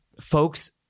Folks